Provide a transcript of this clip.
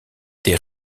des